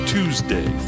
Tuesday